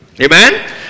Amen